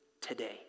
today